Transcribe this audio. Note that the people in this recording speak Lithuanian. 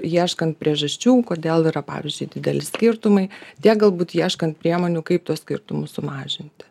ieškant priežasčių kodėl yra pavyzdžiui dideli skirtumai tiek galbūt ieškant priemonių kaip tuos skirtumus sumažinti